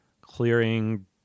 clearing